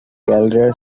caldera